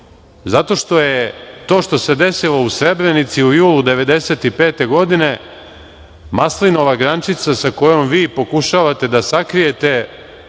Zato što je to što se desilo u Srebrenici u julu 1995. godine maslinova grančica sa kojom vi pokušavate da sakrijete